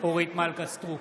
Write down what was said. אורית מלכה סטרוק,